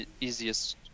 easiest